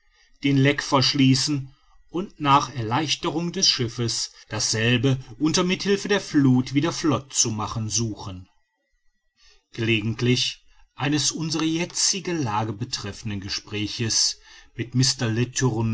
den leck verschließen und nach erleichterung des schiffes dasselbe unter mithilfe der fluth wieder flott zu machen suchen gelegentlich eines unsere jetzige lage betreffenden gespräches mit